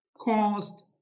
caused